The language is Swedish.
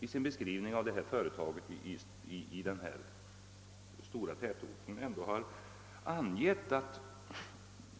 I sin beskrivning av företaget i den stora tätorten tycker jag också att inrikesministern mycket bra har angivit att